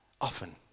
often